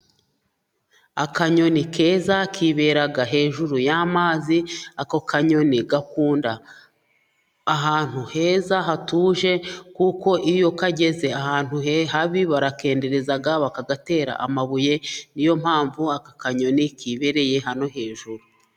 Akanyoni keza kibera hejuru y'amazi ako kanyoni gakunda ahantu heza hatuje kuko iyo kageze ahantu habi barakendereza bakagatera amabuye ni yo mpamvu aka kanyoni kibereye hano hejuru.